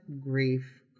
grief